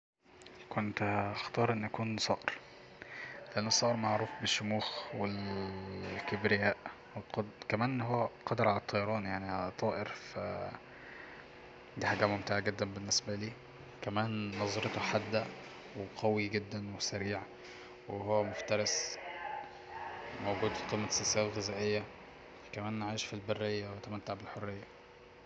كنت هختار اني اكون صقر لأن الصقر معروف بالشموخ والكبرياء والقد كمان هو قادر على الطيران يعني طائر ف دي حاجة ممتعة جدا بالنسبالي كمان نظرته حادة وقوي جدا وسريع وهو مفترس موجود في قمة السلسلة الغذائية كمان عايش في البرية ويتمتع بالحرية